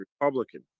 Republican